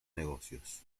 negocios